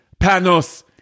panos